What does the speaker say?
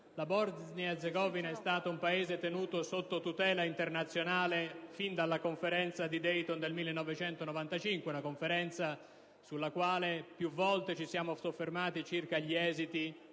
La Bosnia-Erzegovina è un Paese che è stato tenuto sotto tutela internazionale fin dalla Conferenza di Dayton del 1995, sulla quale più volte ci siamo soffermati circa gli esiti